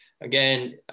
again